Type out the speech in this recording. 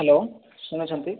hello ଶୁଣୁଛନ୍ତି